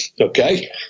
okay